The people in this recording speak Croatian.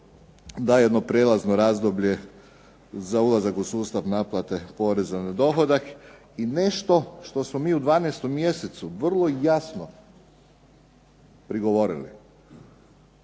da jedno prijelazno razdoblje u sustav naplate poreza na dohodak i nešto što smo mi u 12. mjesecu vrlo jasno prigovorili